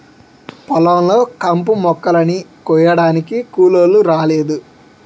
పొలం లో కంపుమొక్కలని కొయ్యడానికి కూలోలు రాలేదు